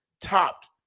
topped